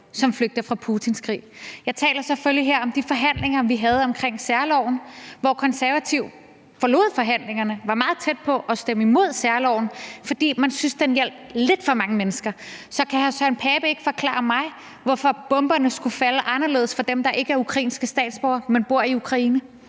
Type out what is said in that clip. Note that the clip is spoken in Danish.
som flygter fra Putins krig, vi ikke hjælper. Jeg taler selvfølgelig om de forhandlinger, vi havde omkring særloven, hvor Konservative forlod forhandlingerne og var meget tæt på at stemme imod særloven, fordi man syntes, at den hjalp lidt for mange mennesker. Så kan hr. Søren Pape ikke forklare mig, hvorfor bomberne skulle falde anderledes på dem, der ikke er ukrainske statsborgere, men bor i Ukraine?